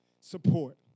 support